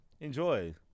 Enjoy